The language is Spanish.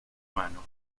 mano